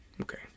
Okay